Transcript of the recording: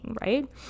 Right